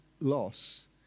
loss